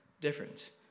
difference